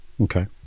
Okay